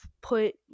put